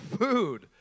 food